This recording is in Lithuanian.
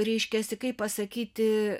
reiškiasi kaip pasakyti